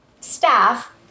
staff